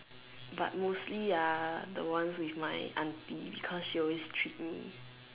but mostly ah the ones with my aunty because she always treat me